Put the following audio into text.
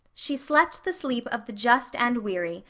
she slept the sleep of the just and weary,